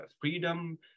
freedom